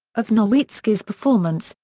of nowitzki's performance,